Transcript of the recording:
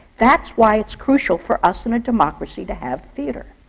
that's why it's crucial for us in a democracy to have theatre,